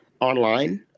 online